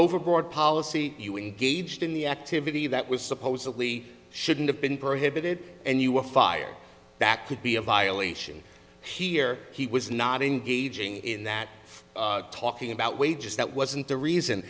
overboard policy you engaged in the activity that was supposedly shouldn't have been prohibited and you were fired that could be a violation here he was not engaging in that talking about wages that wasn't the reason